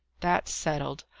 that's settled.